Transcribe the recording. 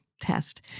test